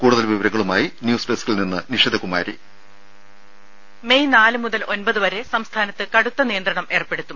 കൂടുതൽ വിവരങ്ങളുമായി ന്യൂസ് ഡസ്കിൽ നിന്ന് നിഷിതകുമാരി ഓഡിയോ രും മെയ് നാലുമുതൽ ഒൻപത് വരെ സംസ്ഥാനത്ത് കടുത്ത നിയന്ത്രണം ഏർപ്പെടുത്തും